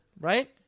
right